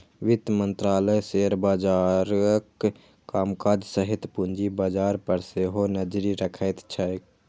वित्त मंत्रालय शेयर बाजारक कामकाज सहित पूंजी बाजार पर सेहो नजरि रखैत छै